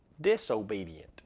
disobedient